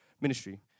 ministry